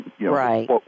Right